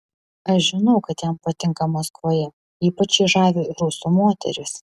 aš žinau kad jam patinka maskvoje ypač jį žavi rusų moterys